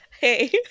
hey